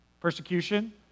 Persecution